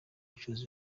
gucuruza